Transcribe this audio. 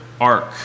arc